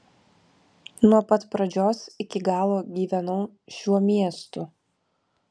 nuo pat pradžios iki galo gyvenau šiuo miestu